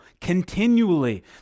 continually